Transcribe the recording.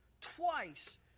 twice